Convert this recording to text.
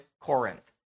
Corinth